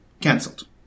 cancelled